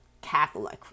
Catholic